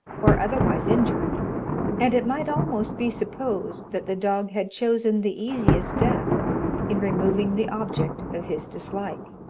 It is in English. or otherwise injured and it might almost be supposed that the dog had chosen the easiest death in removing the object of his dislike.